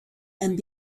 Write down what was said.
and